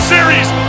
Series